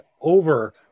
over